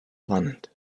planet